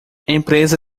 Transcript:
empresa